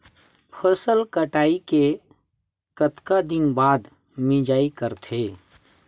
फसल कटाई के कतका दिन बाद मिजाई करथे?